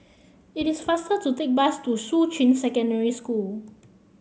it is faster to take the bus to Shuqun Secondary School